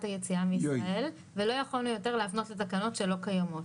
היציאה מישראל ולא יכולנו יותר להפנות לתקנות שלא קיימות.